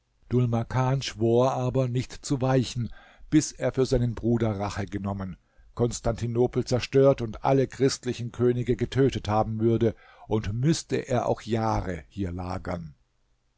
makan schwor aber nicht zu weichen bis er für seinen bruder rache genommen konstantinopel zerstört und alle christlichen könige getötet haben würde und müßte er auch jahre hier lagern